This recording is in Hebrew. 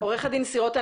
עו"ד סירוטה,